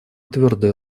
твердая